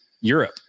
Europe